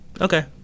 Okay